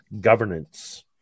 governance